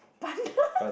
panda